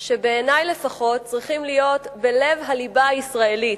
שבעיני לפחות צריכים להיות בלב הליבה הישראלית,